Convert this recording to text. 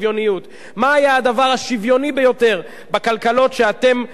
מה היה הדבר השוויוני ביותר בכלכלות שאתם מטיפים להן?